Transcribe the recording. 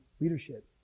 leadership